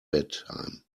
bedtime